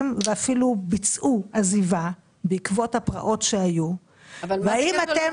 ואפילו ביצעו עזיבה בעקבות הפרעות שהיו --- מה זה קשור למצגת?